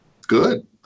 Good